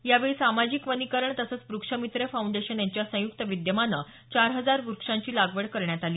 यावेळी सामाजिक वनीकरण तसंच व्रक्षमित्र फाऊंडेशन यांच्या संयुक्त विद्यमानं चार हजार वृक्षांची लागवड करण्यात आली